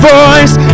voice